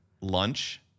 lunch